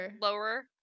lower